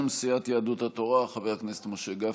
בשם סיעת יהדות התורה, חבר הכנסת משה גפני,